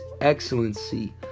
excellency